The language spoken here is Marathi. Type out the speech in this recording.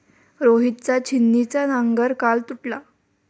रोहितचा छिन्नीचा नांगर काल तुटला